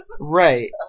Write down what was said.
Right